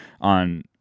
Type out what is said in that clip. on